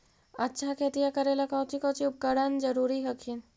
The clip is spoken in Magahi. अच्छा खेतिया करे ला कौची कौची उपकरण जरूरी हखिन?